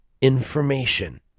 information